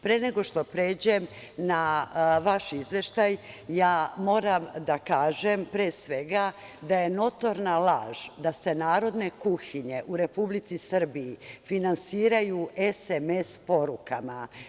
Pre nego što pređem na vaš izveštaj, moram da kažem, pre svega, da je notorna laž da se narodne kuhinje u Republici Srbiji finansiraju sms porukama.